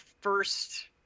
first